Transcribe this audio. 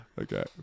Okay